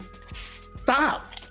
stop